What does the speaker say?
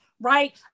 right